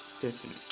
destiny